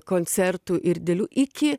koncertų ir dilių iki